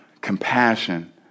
compassion